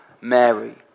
Mary